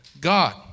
God